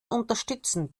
unterstützen